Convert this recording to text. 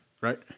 Right